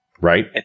Right